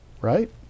right